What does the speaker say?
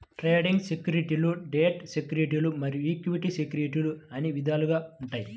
trading సెక్యూరిటీలు debt సెక్యూరిటీలు మరియు ఈక్విటీ సెక్యూరిటీలు అని విధాలుగా ఉంటాయి